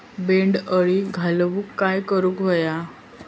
बोंड अळी घालवूक काय करू व्हया?